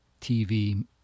TV